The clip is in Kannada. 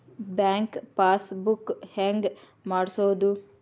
ಬ್ಯಾಂಕ್ ಪಾಸ್ ಬುಕ್ ಹೆಂಗ್ ಮಾಡ್ಸೋದು?